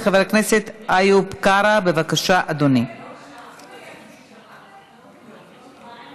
לכן, אנחנו ממשיכים.